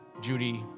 Judy